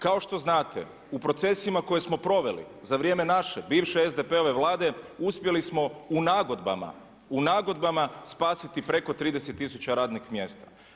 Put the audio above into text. Kao što znate, u procesima u koje smo proveli za vrijeme naše, bivše SDP-ove vlade uspjeli smo u nagodbama spasiti preko 30000 radnih mjesta.